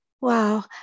Wow